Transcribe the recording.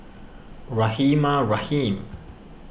Rahimah Rahim